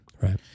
Right